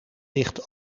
ligt